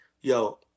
yo